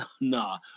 nah